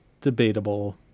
debatable